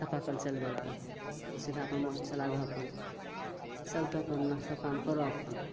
चापाकल चलबैके तऽ सीधा अपन मोटर चलै दहो अपन चलतऽ अपन सब काम करऽ अपन